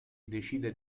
decide